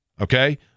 okay